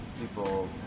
People